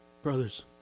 Brothers